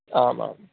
आम् आम्